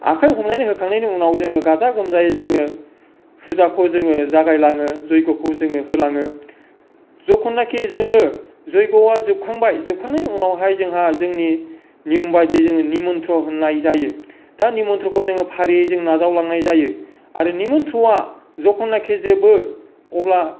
आखाय हमलायनो होखांनायनि उनाव जोङो गाजा गोमजायै जोङो पुजाखौ जोङो जागायलाङो जैग'खौ जोङो होलाङो जखननाखि जोङो जैग'आ जोबखांबाय जोबखांनायनि उनावहाय जोंहा जोंनि नियमबायदि निमन्थ्रन होनाय जायो दा निमन्थ्रखौ जोङो फारिजों नाजावलांनाय जायो आरो निमन्थ्रआ जखननाखि जोबो अब्ला